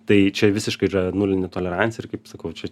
tai čia visiškai yra nulinė tolerancija ir kaip sakau čia